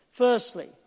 Firstly